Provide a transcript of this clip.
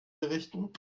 berichten